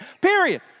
period